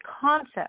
concept